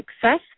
success